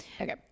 Okay